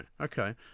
okay